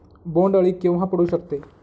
बोंड अळी केव्हा पडू शकते?